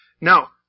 Now